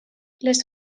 les